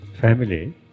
family